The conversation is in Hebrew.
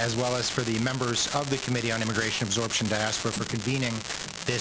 (תרגום חופשי מהשפה האנגלית): אנחנו יודעים שלפני מספר